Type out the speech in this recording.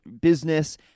business